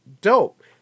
dope